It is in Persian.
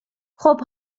خوب